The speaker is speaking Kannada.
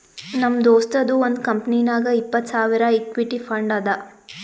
ನಮ್ ದೋಸ್ತದು ಒಂದ್ ಕಂಪನಿನಾಗ್ ಇಪ್ಪತ್ತ್ ಸಾವಿರ್ ಇಕ್ವಿಟಿ ಫಂಡ್ ಅದಾ